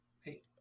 Hey